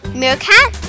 meerkat